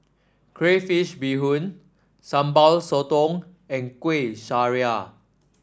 Crayfish Beehoon Sambal Sotong and Kueh Syara